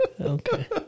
Okay